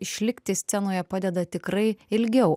išlikti scenoje padeda tikrai ilgiau